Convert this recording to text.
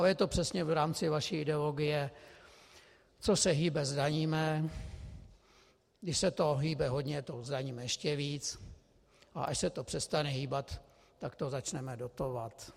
Ale je to přesně v rámci vaší ideologie, co se hýbe, zdaníme, když se to hýbe hodně, zdaníme to ještě víc, a až se to přestane hýbat, tak to začneme dotovat.